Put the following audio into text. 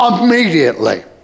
immediately